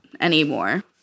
anymore